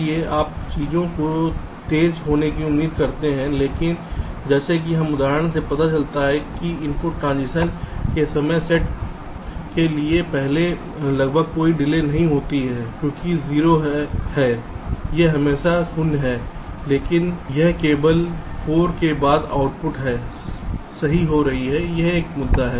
इसलिए आप चीजों के तेज होने की उम्मीद करते हैं लेकिन जैसा कि इस उदाहरण से पता चलता है कि इनपुट ट्रांज़िशन के समान सेट के लिए पहले लगभग कोई डिले नहीं हुई थी क्योंकि आउटपुट 0 है यह हमेशा शून्य है लेकिन अब केवल 4 के बाद आउटपुट है सही हो रही है यह एक मुद्दा है